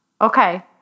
okay